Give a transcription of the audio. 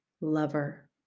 lover